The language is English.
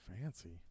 Fancy